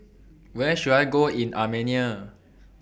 Where should I Go in Armenia